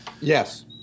Yes